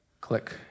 click